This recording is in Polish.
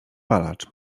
palacz